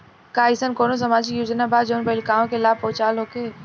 का एइसन कौनो सामाजिक योजना बा जउन बालिकाओं के लाभ पहुँचावत होखे?